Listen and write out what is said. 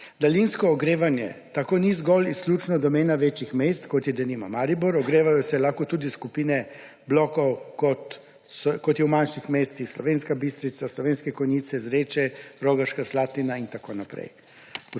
Daljinsko ogrevanje tako ni zgolj izključno domena večjih mest, kot je denimo Maribor, ogrevajo se lahko tudi skupine blokov, kot je v manjših mestih: Slovenske Bistrica, Slovenske Konjice, Zreče, Rogaška Slatina in tako naprej.